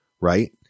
right